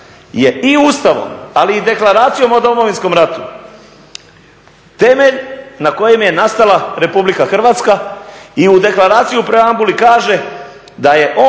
je i Ustavom, ali i Deklaracijom o Domovinskom ratu temelj na kojem je nastala RH i u Deklaraciju … kaže da je on,